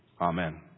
Amen